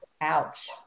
ouch